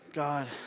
God